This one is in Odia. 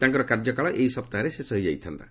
ତାଙ୍କର କାର୍ଯ୍ୟକାଳ ଏହି ସପ୍ତାହରେ ଶେଷ ହୋଇଥାନ୍ତା